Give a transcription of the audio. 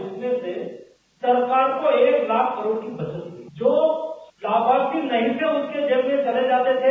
उसमें से सरकार को एक लाख करोड़ की बचत हुई जो लाभार्थी नहीं थे उसके जेब में चले जाते थे